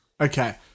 Okay